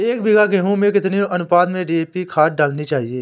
एक बीघे गेहूँ में कितनी अनुपात में डी.ए.पी खाद डालनी चाहिए?